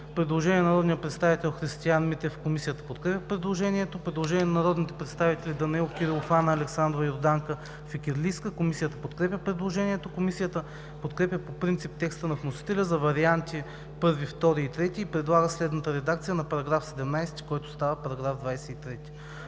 Предложение на народния представител Христиан Митев. Комисията подкрепя предложението. Предложение на народните представители Данаил Кирилов, Анна Александрова и Йорданка Фикирлийска. Комисията подкрепя предложението. Комисията подкрепя по принцип текста на вносителя за Варианти I, II и III и предлага следната редакция на § 17, който става § 23: „§ 23.